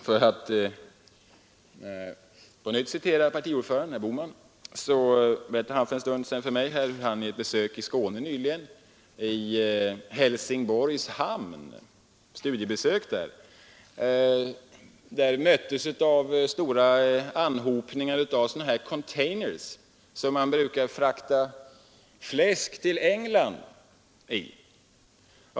För att belysa detta kan jag nämna att herr Bohman för en stund sedan berättade för mig att han vid ett studiebesök i Helsingborgs hamn nyligen fick se stora anhopningar av containers som man brukar frakta fläsk till England i.